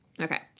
Okay